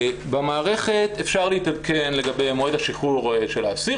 במערכת אפשר להתעדכן לגבי מועד השחרור של האסיר,